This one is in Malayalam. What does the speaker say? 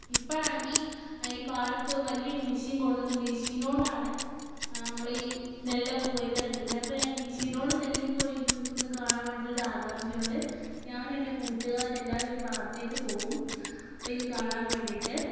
ഇപ്പം ആണെങ്കിൽ ഈ പാടത്തു വലിയൊരു മഷീൻ കൊണ്ടു വന്നിട്ടുണ്ട് മഷീനു കൊണ്ടാണ് നമ്മളീ നെല്ലൊക്കെ കൊയ്തെടുക്കുന്നത് അപ്പം ഈ മഷീനു കൊണ്ട് നെല്ല് കൊയ്തെടുക്കുന്ന കാണാൻ വേണ്ടിയിട്ടുള്ളൊരാകാംക്ഷ കൊണ്ട് ഞാനും എൻ്റെ കൂട്ടുകാരെല്ലാവരുമീ പാടത്തേക്കു പോകും അപ്പം ഇതു കാണാൻ വേണ്ടിയിട്ട്